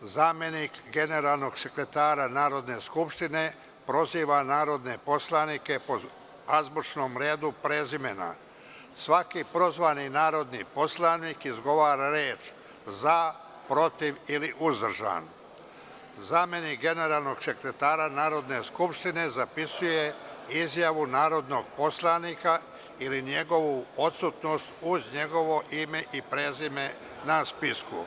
zamenik generalnog sekretara Narodne skupštine proziva narodne poslanike po azbučnom redu prezimena; svaki prozvani narodni poslanik izgovara reč „za“, „protiv“ ili „uzdržan“; zamenik generalnog sekretara Narodne skupštine zapisuje izjavu narodnog poslanika ili njegovu odsutnost uz njegovo ime i prezime na spisku.